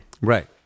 Right